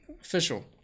Official